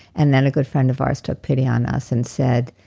and then a good friend of ours took pity on us and said,